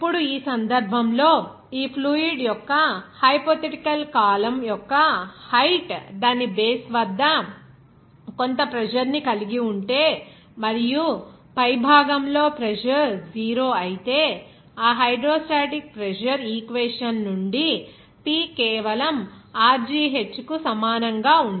ఇప్పుడు ఈ సందర్భంలో ఈ ఫ్లూయిడ్ యొక్క హైపోథెటికల్ కాలమ్ యొక్క హైట్ దాని బేస్ వద్ద కొంత ప్రెజర్ ని కలిగి ఉంటే మరియు పైభాగంలో ప్రెజర్ 0 అయితే ఆ హైడ్రోస్టాటిక్ ప్రెజర్ ఈక్వేషన్ నుండి P కేవలం rgh సమానంగా ఉంటుంది